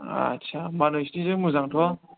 आस्सा होनबा नोंसोरनिजों मोजांथ'